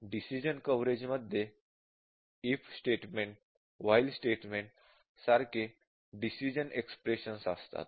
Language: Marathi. डिसिश़न कव्हरेजमध्ये इफ स्टेटमेंट वाइल स्टेटमेंट सारखे डिसिश़न इक्स्प्रेशन असतात